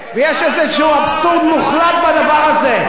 ויש איזה אבסורד מוחלט בדבר הזה,